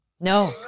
No